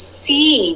see